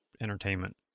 entertainment